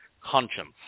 conscience